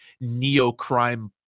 neo-crime